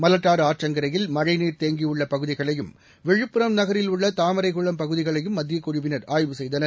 மலட்டாறு ஆற்றங்கரையில் மழைநீர் தேங்கியுள்ள பகுதிகயைம் விழுப்புரம் நகரில் உள்ள தாமரைக்குளம் பகுதிகளையும் மத்தியக்குழுவினர் ஆய்வு செய்தனர்